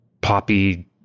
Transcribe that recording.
poppy